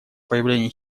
появления